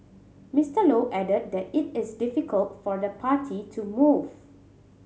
Mister Low added that it is difficult for the party to move